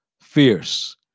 Fierce